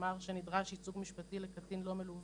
שאמר שנדרש ייצוג משפטי לקטין לא מלווה,